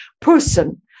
person